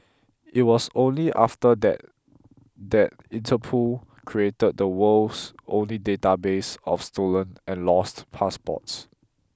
it was only after that that Interpol created the world's only database of stolen and lost passports